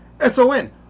SON